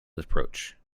approach